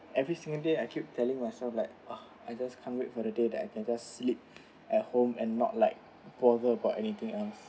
every single day I keep telling myself like ah I just can't wait for the day that I can just sleep at home and not like bother about anything else